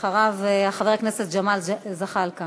אחריו, חבר הכנסת ג'מאל זחאלקה.